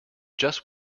just